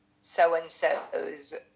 so-and-so's